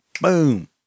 Boom